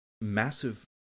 massive